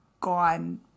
gone